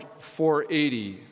480